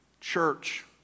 church